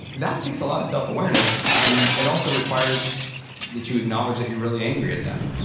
that takes a lot of self-awareness and it also requires that you acknowledge that you're really angry at them.